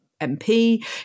mp